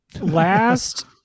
Last